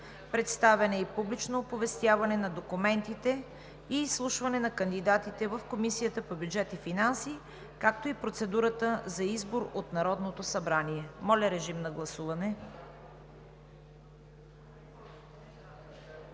представяне и публично оповестяване на документите и изслушването на кандидатите в Комисията по бюджет и финанси, както и процедурата за избор от Народното събрание. Гласували